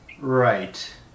Right